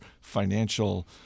Financial